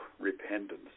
Repentance